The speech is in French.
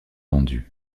vendus